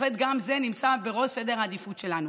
ובהחלט גם זה נמצא בראש סדר העדיפויות שלנו.